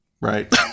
Right